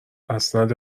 اسناد